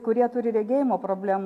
kurie turi regėjimo problemų